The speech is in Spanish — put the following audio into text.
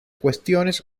cuestiones